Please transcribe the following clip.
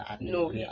No